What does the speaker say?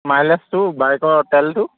মাইলেজটো বাইকৰ তেলটো